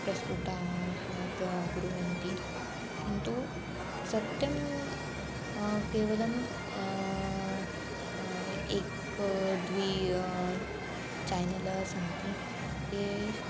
प्रस्तुताः किं कुर्वन्ति किन्तु सत्यं केवलम् एकं द्वे चानल सन्ति ये